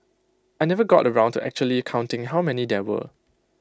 I never got around to actually counting how many there were